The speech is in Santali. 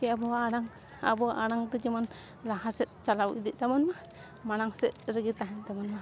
ᱠᱤ ᱟᱵᱚᱣᱟᱜ ᱟᱲᱟᱝ ᱟᱵᱚᱣᱟᱜ ᱟᱲᱟᱝᱛᱮ ᱡᱮᱢᱚᱱ ᱞᱟᱦᱟ ᱥᱮᱫ ᱪᱟᱞᱟᱣ ᱤᱫᱤᱜ ᱛᱟᱵᱚᱱᱼᱢᱟ ᱢᱟᱲᱟᱝ ᱥᱮᱫ ᱨᱮᱜᱮ ᱛᱟᱦᱮᱱ ᱛᱟᱵᱚᱱᱼᱢᱟ